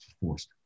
forced